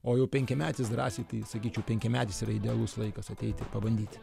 o jau penkiametis drąsiai tai sakyčiau penkiametis yra idealus laikas ateiti ir pabandyti